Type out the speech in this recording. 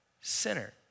sinner